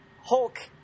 Hulk